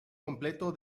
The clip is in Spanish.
completo